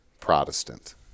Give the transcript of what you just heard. Protestant